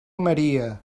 maria